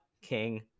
king